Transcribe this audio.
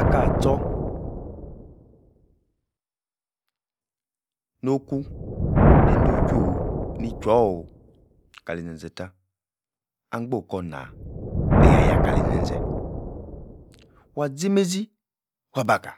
Akah-tchor-no-ku, nei-do-chwo'h, ni-chwor-o'h kali-zen-zen tah angbo koor-na yah-yah kali zen-zen wah-zi meizi wah-bah kah,